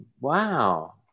wow